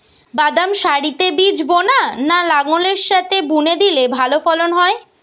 বাদাম সারিতে বীজ বোনা না লাঙ্গলের সাথে বুনে দিলে ভালো ফলন হয়?